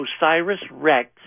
OSIRIS-REx